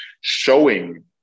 showing